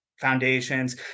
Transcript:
foundations